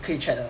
可以 check 的